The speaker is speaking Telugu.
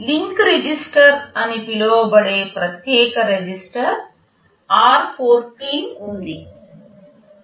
లింక్ రిజిస్టర్ అని పిలువబడే ప్రత్యేక రిజిస్టర్ r14 ఉంది